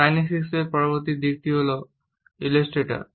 কাইনেসিক্সের পরবর্তী দিক হল ইলাস্ট্রেটর